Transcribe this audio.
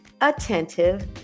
attentive